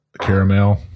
caramel